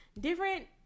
different